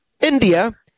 India